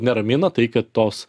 neramina tai kad tos